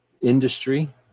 industry